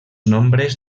nombres